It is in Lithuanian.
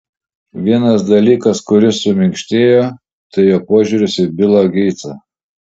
vienas dalykas kuris suminkštėjo tai jo požiūris į bilą geitsą